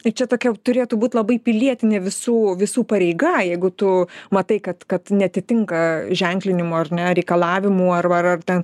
tai čia tokia turėtų būti labai pilietinė visų visų pareiga jeigu tu matai kad kad neatitinka ženklinimo ar ne reikalavimų arba ar ar ten